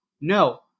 No